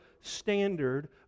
standard